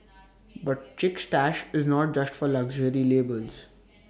but chic stash is not just for luxury labels